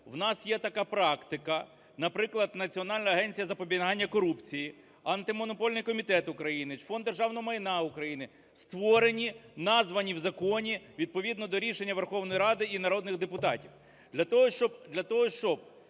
у нас є така практика, наприклад, Національна агенція із запобігання корупції, Антимонопольний комітет України, Фонд державного майна України створені, названі в законі відповідно до рішення Верховної Ради і народних депутатів.